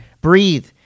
breathe